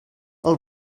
els